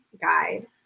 guide